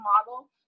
model